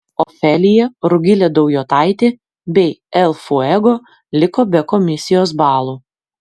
ofelija rugilė daujotaitė bei el fuego liko be komisijos balų